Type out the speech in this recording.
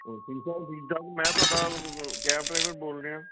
ਹੋਰ ਠੀਕ ਠਾਕ ਠੀਕ ਠਾਕ ਮੈਂ ਤੁਹਾਡਾ ਕੈਬ ਡਰਾਈਵਰ ਬੋਲ ਰਿਹਾ